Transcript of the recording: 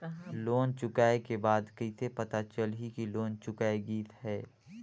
Loan चुकाय के बाद कइसे पता चलही कि लोन चुकाय गिस है?